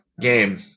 game